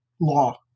law